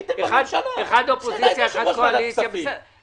להגיד שבעוד חודש יהיה תקציב,